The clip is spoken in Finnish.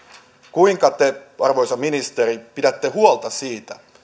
kuinka te arvoisa ministeri pidätte huolta siitä